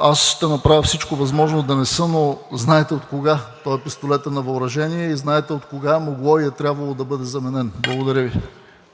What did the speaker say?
аз ще направя всичко възможно да не са, но знаете откога този пистолет е на въоръжение и знаете откога е могло и е трябвало да бъде заменен. Благодаря Ви.